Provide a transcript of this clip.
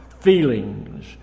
feelings